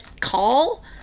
call